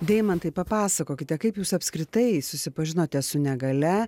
deimantai papasakokite kaip jūs apskritai susipažinote su negalia